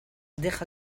deja